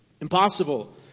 impossible